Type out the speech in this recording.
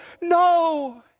no